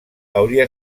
hauria